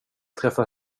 träffa